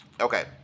Okay